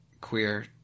queer